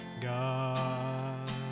God